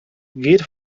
geht